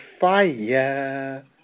fire